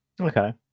Okay